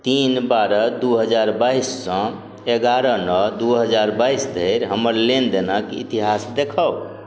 तीन बारह दुइ हजार बाइससँ एगारह नओ दूुइ हजार बाइसधरि हमर लेनदेनके इतिहास देखाउ